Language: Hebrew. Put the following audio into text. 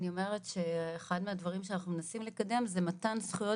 אחד הדברים שאנחנו מנסים לקדם זה מתן זכויות